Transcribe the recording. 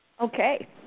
Okay